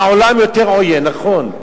העולם הוא יותר עוין, נכון.